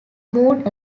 moved